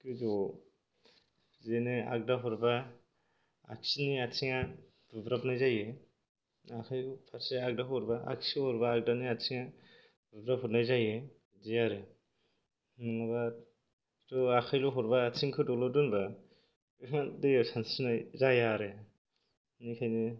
गोजौआव बिदिनो आगदा हरबा आगसिनि आथिङा बुब्राबनाय जायो आखाया फारसे आगदा हरबा आगसिखौ हरबा आगदानि आथिङा बुब्राब हरनाय जायो बिदि आरो नंङाबाथ' आखाइल' हरबा आथिंखौ दोनबा दैया सानस्रिनाय जाया आरो बिनिखायनो